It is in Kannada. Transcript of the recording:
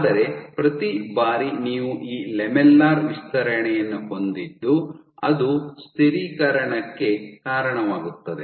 ಆದರೆ ಪ್ರತಿ ಬಾರಿ ನೀವು ಈ ಲ್ಯಾಮೆಲ್ಲರ್ ವಿಸ್ತರಣೆಯನ್ನು ಹೊಂದಿದ್ದು ಅದು ಸ್ಥಿರೀಕರಣಕ್ಕೆ ಕಾರಣವಾಗುತ್ತದೆ